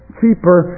cheaper